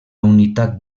unitat